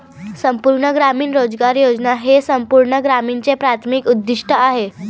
संपूर्ण ग्रामीण रोजगार योजना हे संपूर्ण ग्रामीणचे प्राथमिक उद्दीष्ट आहे